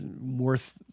worth